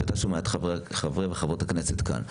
כשאתה שומע את חברי וחברות הכנסת כאן,